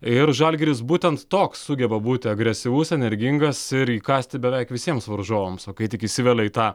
ir žalgiris būtent toks sugeba būti agresyvus energingas ir įkąsti beveik visiems varžovams o kai tik įsivelia į tą